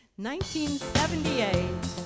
1978